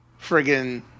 friggin